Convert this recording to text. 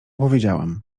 powiedziałam